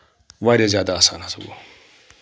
واریاہ زیادٕ آسان ہَسا گوٚو